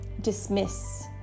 dismiss